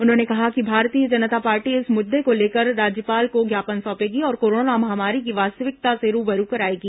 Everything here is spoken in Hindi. उन्होंने कहा कि भारतीय जनता पार्टी इस मुद्दे को लेकर राज्यपाल को ज्ञापन सौंपेगी और कोरोना महामारी की वास्तविकता से रूबरू कराएगी